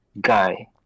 Guy